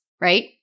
right